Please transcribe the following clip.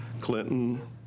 Clinton